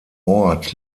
ort